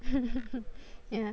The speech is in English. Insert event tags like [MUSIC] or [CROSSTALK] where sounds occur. [LAUGHS] yeah